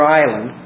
island